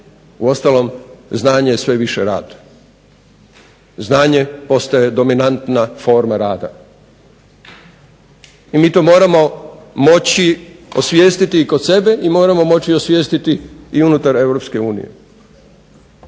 Uostalom znanje je sve više rad, znanje postaje dominanta forma rada. I mi to moramo moći osvijestiti i kod sebe i moramo moći osvijestiti i unutar